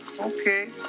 Okay